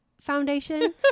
foundation